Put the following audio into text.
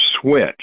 switch